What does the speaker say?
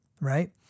right